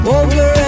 over